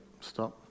stop